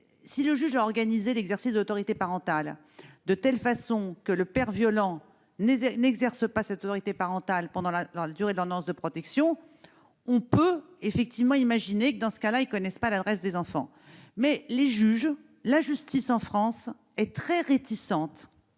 si le juge a organisé l'exercice de l'autorité parentale de telle façon que le père violent n'exerce pas cette autorité pendant la durée de l'ordonnance de protection, on peut effectivement imaginer que, dans ce cas-là, ce dernier n'ait pas connaissance de l'adresse des enfants. Mais la justice, en France, est très réticente